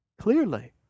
Clearly